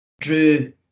Drew